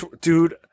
dude